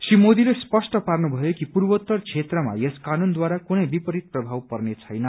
श्री मोदीले स्पष्ट पार्नुभयो कि पूर्वोत्तर क्षेत्रमा यस क्षेनूनद्वारा कुनै विपरीत प्रभाव पर्ने छैन